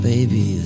Baby